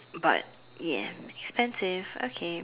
but ya expensive okay